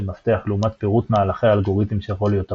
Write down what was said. מפתח לעומת פירוט מהלכי האלגוריתם שיכול להיות ארוך.